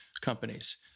companies